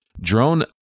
drone